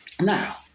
Now